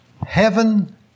Heaven